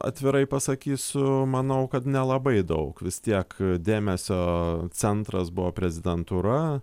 atvirai pasakysiu manau kad nelabai daug vis tiek dėmesio centras buvo prezidentūra